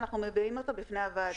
ואנחנו מביעים אותה בפני הוועדה.